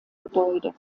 gebäude